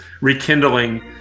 rekindling